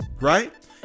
right